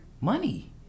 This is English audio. money